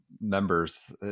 members